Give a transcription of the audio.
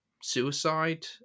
suicide